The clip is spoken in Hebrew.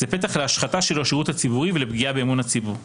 זהו פתח להשחתה של השירות הציבורי ולפגיעה באמון הציבור בו.